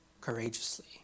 courageously